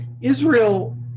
Israel